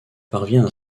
parvient